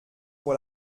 pour